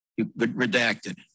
redacted